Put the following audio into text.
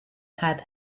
had